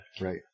Right